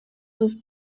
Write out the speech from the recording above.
sus